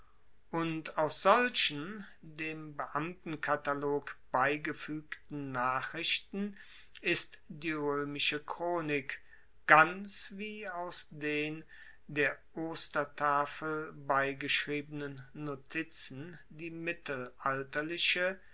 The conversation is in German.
und aus solchen dem beamtenkatalog beigefuegten nachrichten ist die roemische chronik ganz wie aus den der ostertafel beigeschriebenen notizen die mittelalterliche